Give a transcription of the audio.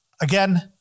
again